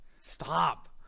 Stop